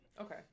okay